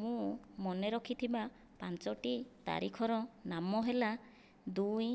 ମୁଁ ମନେରଖିଥିବା ପାଞ୍ଚୋଟି ତାରିଖର ନାମ ହେଲା ଦୁଇ